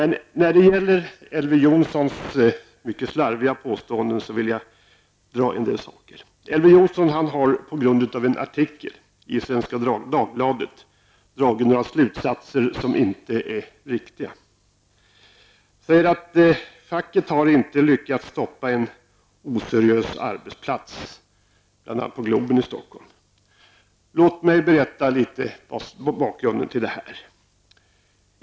När det gäller Elver Jonssons mycket slarviga påståenden vill jag säga en del saker. Elver Jonsson har med anledning av en artikel i Svenska Dagbladet dragit några slutsatser som inte är riktiga. Han säger att facket inte har lyckats stoppa en oseriös arbetsplats, bl.a. på Globen i Stockholm. Låt mig berätta bakgrunden till detta.